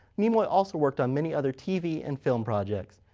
nimoy also worked on many other t v and film projects.